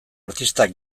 artistak